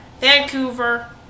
Vancouver